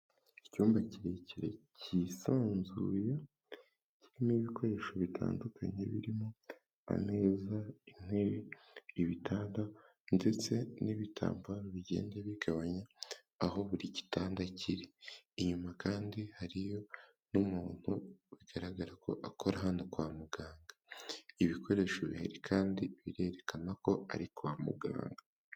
Icyumba kirekire, kisanzuye, kirimo ibikoresho bitandukanye, birimo ameza, intebe, ibitangada ndetse n'ibitambaro bigenda bigabanya aho buri gitanda kiri, inyuma kandi hariyo n'umuntu ugaragara ko akora hano kwa muganga, ibikoresho bihari kandi birerekana ko ari kwa muganga.